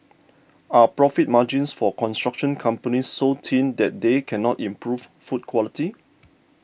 are profit margins for construction companies so thin that they cannot improve food quality